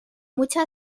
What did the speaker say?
mucha